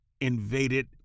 invaded